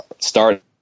start